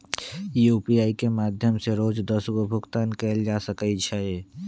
UPI के माध्यम से रोज दस गो भुगतान कयल जा सकइ छइ